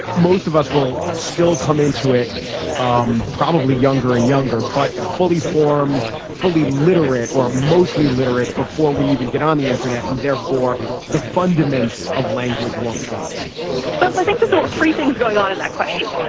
most of us will still come into it um probably younger and younger but fully formed fully literate or mostly literate before we even get on the internet. and therefore the fundamentals of language won't change so i think that those three things going on in that question.